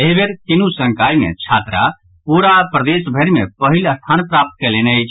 एहि बेर तीनू संकाय मे छात्रा पूरा प्रदेशभरि मे पहिल स्थान प्राप्त कयलनि अछि